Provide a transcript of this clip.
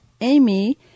Amy